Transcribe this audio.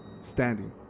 Standing